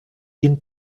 ihn